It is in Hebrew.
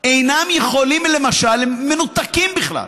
אינם יכולים, למשל, הם מנותקים בכלל?